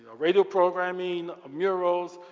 radio programming, ah murals,